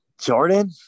Jordan